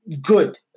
good